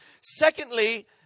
Secondly